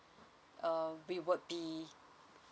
uh we will be